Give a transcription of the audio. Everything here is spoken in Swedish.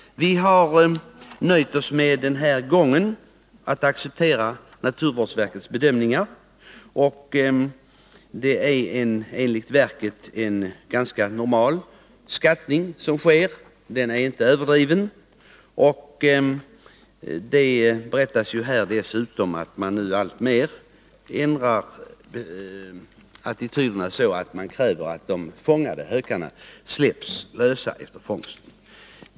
Vi har den här gången nöjt oss med att acceptera naturvårdsverkets bedömningar. Enligt verket är det en ganska normal skattning som sker— den är inte överdriven. Dessutom, sägs det, håller attityden till duvhökarna på att ändras alltmer på så sätt att man kräver att de fångade duvhökarna skall släppas fria.